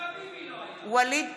ווליד טאהא,